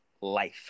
life